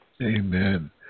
Amen